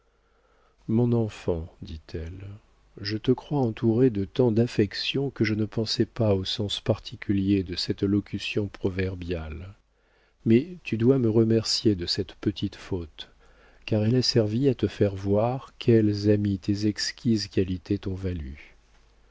mon enfant dit-elle je te crois entouré de tant d'affection que je ne pensais pas au sens particulier de cette locution proverbiale mais tu dois me remercier de cette petite faute car elle a servi à te faire voir quels amis tes exquises qualités t'ont valus